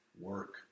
work